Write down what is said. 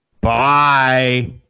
Bye